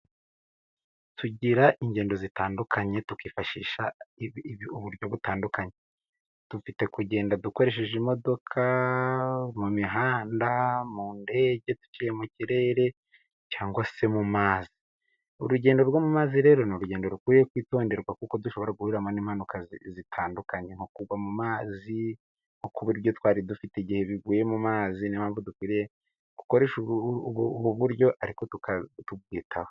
Tugira ingendo zitandukanye, tukifashisha uburyo butandukanye. Dufite kugenda dukoresheje imodoka mu mihanda, mu ndege duciyeye mu kirere cyangwa se mu mazi. Urugendo rwo mu mazi rero ni urugendo rukwiye kwitonderwa, kuko dushobora guhuriramo n'impanuka zitandukanye, nko kugwa mu mazi nko kubura ibyo twari dufite igihe biguye mu mazi. Niyo mpamvu dukwiriye gukoresha ubu buryo ariko tubyitaho.